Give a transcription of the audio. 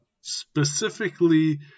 specifically